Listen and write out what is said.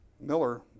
Miller